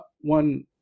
one